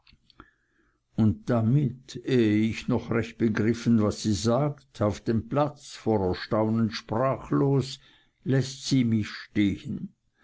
und damit ehe ich noch recht begriffen was sie sagt auf dem platz vor erstaunen sprachlos läßt sie mich stehen